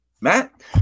Matt